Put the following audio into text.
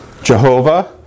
Jehovah